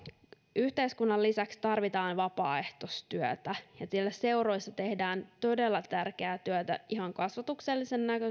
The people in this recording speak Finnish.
yhteiskunnan lisäksi tarvitaan vapaaehtoistyötä ja siellä seuroissa tehdään todella tärkeää työtä ihan kasvatuksellisesta